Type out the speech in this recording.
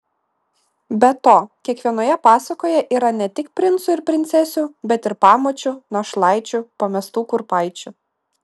be to kiekvienoje pasakoje yra ne tik princų ir princesių bet ir pamočių našlaičių pamestų kurpaičių